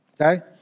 okay